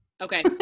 okay